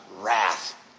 Wrath